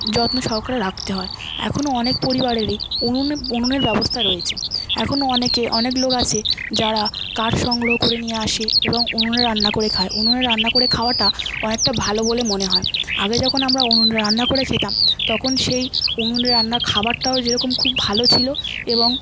যত্ন সহকারে রাখতে হয় এখনও অনেক পরিবারেরই উনুনে উনুনের ব্যবস্থা রয়েছে এখনও অনেকে অনেক লোক আছে যারা কাঠ সংগ্রহ করে নিয়ে আসে এবং উনুনে রান্না করে খায় উনুনে রান্না করে খাওয়াটা অনেকটা ভালো বলে মনে হয় আগে যখন আমরা উনুনে রান্না করে খেতাম তখন সেই উনুনে রান্না খাবারটাও যেরকম খুব ভালো ছিল এবং